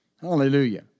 Hallelujah